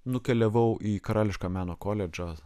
nukeliavau į karališką meno koledžą